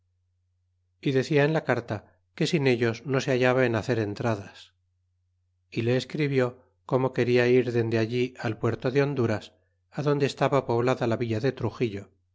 y deeia en la carta que sin ellos no se hallaba en hacer entradas y le es cr ibió como quena ir dende allí al puerto de honduras adonde estaba poblada la villa de truxillo